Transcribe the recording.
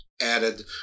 added